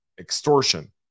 extortion